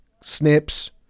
snips